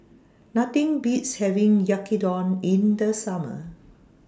Nothing Beats having Yaki Don in The Summer